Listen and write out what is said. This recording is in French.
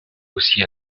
aussi